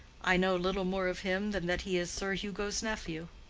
i know little more of him than that he is sir hugo's nephew.